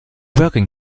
working